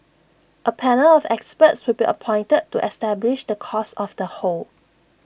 A panel of experts will be appointed to establish the cause of the hole